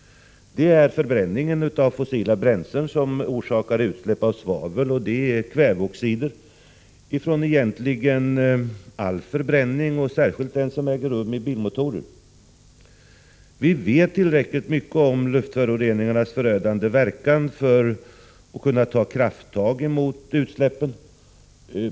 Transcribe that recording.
Det är förbränningen av fossila bränslen som orsakar utsläpp av svavel, och det handlar vidare om kväveoxider från egentligen all förbränning och särskilt den som äger rum i bilmotorer. Vi vet tillräckligt mycket om luftföroreningarnas förödande verkan för att kunna ta krafttag mot utsläppen.